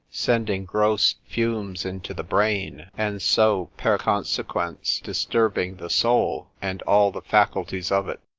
sending gross fumes into the brain, and so per consequens disturbing the soul, and all the faculties of it,